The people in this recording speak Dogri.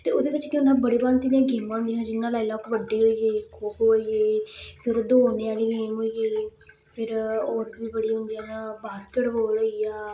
ते ओह्दे बिच्च केह् होंदा हा बड़े भांति दियां गेमां होंदियां हा जि'यां लाई लैओ कबड्डी होई गेई खो खो होई गेई फिर दौड़ने आह्ली गेम होई गेई फिर होर बी बड़ी होंदियां हा बास्केट बाल होई गेआ